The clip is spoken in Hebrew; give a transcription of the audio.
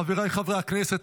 חבריי חברי הכנסת,